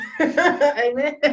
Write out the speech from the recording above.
Amen